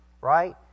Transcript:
right